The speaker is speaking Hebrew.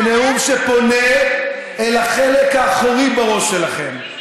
זה נאום שפונה אל החלק האחורי בראש שלכם.